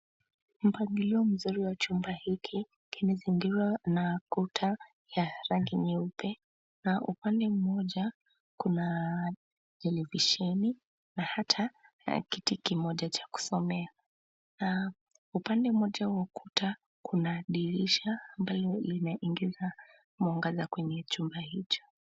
Mpangilio mzuri wa chumba hiki kimezingirwa na kuta ya rangi nyeupe na upande mmoja kuna televisheni na hata kiti kimoja cha kusomea na upande mmoja wa ukuta kuna dirisha ambalo linaingiza mwangaza kwenye chumba hicho.